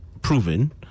proven